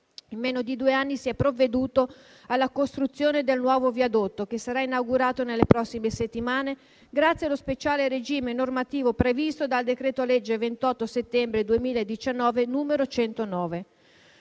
in meno di due anni si è provveduto alla costruzione del nuovo viadotto, che sarà inaugurato nelle prossime settimane, grazie allo speciale regime normativo previsto dal decreto-legge 28 settembre 2018, n. 109;